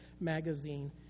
Magazine